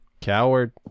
Coward